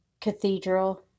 cathedral